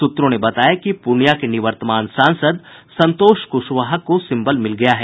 सूत्रों ने बताया कि पूर्णिया के निवर्तमान सांसद संतोष कुशवाहा को सिम्बल मिल गया है